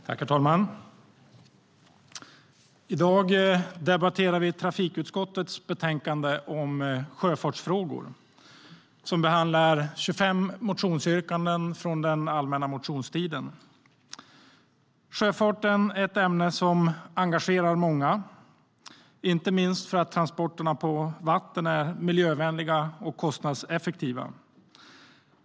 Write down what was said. Herr talman! I dag debatterar vi trafikutskottets betänkande om sjöfartsfrågor som behandlar 25 motionsyrkanden från den allmänna motionstiden. Sjöfart är ett ämne som engagerar många, inte minst för att transporterna på vatten är miljövänliga och kostnadseffektiva.